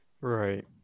right